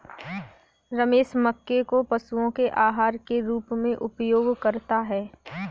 रमेश मक्के को पशुओं के आहार के रूप में उपयोग करता है